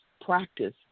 practice